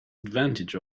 advantage